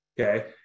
okay